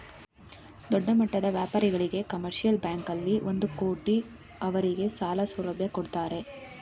ದೊಡ್ಡಮಟ್ಟದ ವ್ಯಾಪಾರಿಗಳಿಗೆ ಕಮರ್ಷಿಯಲ್ ಬ್ಯಾಂಕಲ್ಲಿ ಒಂದು ಕೋಟಿ ಅವರಿಗೆ ಸಾಲ ಸೌಲಭ್ಯ ಕೊಡ್ತಾರೆ